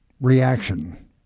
reaction